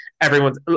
everyone's